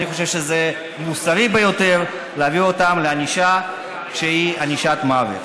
אני חושב שזה מוסרי ביותר להביא אותם לענישה שהיא ענישת מוות.